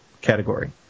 category